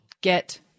get